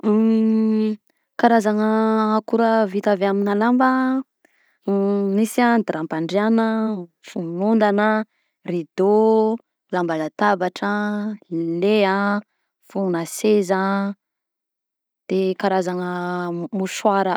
Karazana akora vita avy aminà lamba: misy a ny drapm-pandriagna, fonon'ondana, rideau, lamba latabatra an, ny leha, fognona seza an, de karazagna mou- mouchoir a.